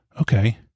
Okay